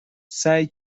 سعی